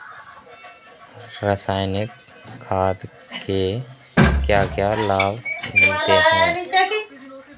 रसायनिक खाद के क्या क्या लाभ मिलते हैं?